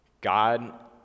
God